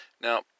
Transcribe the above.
Now